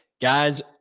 guys